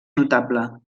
notable